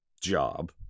job